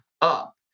up